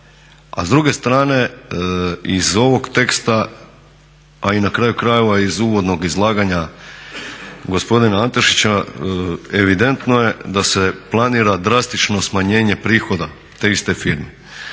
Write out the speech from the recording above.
a s druge strane iz ovog teksta a i na kraju krajeva iz uvodnog izlaganja gospodina Antešića evidentno je da se planira drastično smanjenje prihoda te iste firme.